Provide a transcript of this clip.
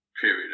period